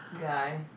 guy